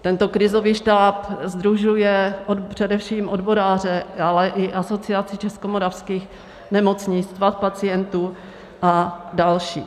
Tento krizový štáb sdružuje především odboráře, ale i Asociaci českých a moravských nemocnic, Svaz pacientů a další.